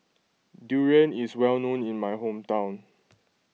Durian is well known in my hometown